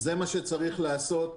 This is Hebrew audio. זה מה שצריך לעשות.